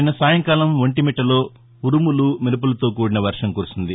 నిన్న సాయంకాలం ఒంటిమిట్లలో ఉరుములు మెరుపులతో కూడిన వర్షం కురిసింది